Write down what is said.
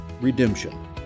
redemption